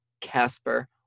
Casper